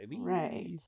right